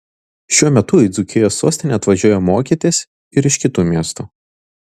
šiuo metu į dzūkijos sostinę atvažiuoja mokytis ir iš kitų miestų